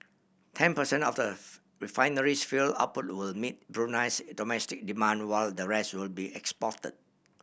ten percent of the refinery's fuel output will meet Brunei's domestic demand while the rest will be exported